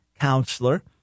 counselor